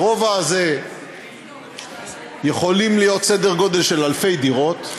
ברובע הזה יכול להיות, סדר גודל של אלפי דירות.